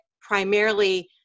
primarily